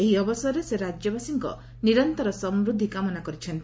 ଏହି ଅବସରରେ ସେ ରାଜ୍ୟବାସୀଙ୍କର ନିରନ୍ତର ସମୃଦ୍ଧି କାମନା କରିଛନ୍ତି